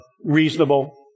reasonable